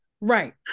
right